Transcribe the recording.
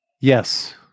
Yes